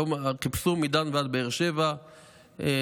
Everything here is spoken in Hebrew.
חיפשו מדן ועד באר שבע תינוקות,